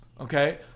okay